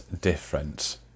different